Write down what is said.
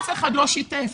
אף אחד לא שיתף.